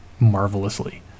marvelously